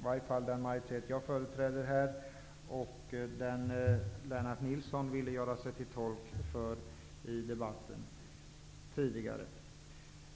den majoritet jag företräder har och den som Lennart Nilsson har gjort sig till tolk för tidigare i debatten.